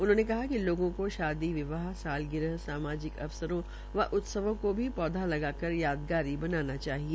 उन्होंने कहा कि लोगों को शादी विवाह सालगिराह सामाजिक अवसरों व उत्सवों को पौधा लगागर यादगारी बनाना चाहिए